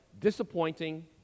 disappointing